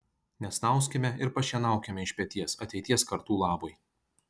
nesnauskime ir pašienaukime iš peties ateities kartų labui